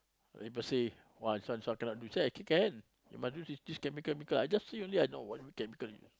people say !wah! this one this one cannot do say I c~ can you must use this this chemical beaker I see already I know what chemical you use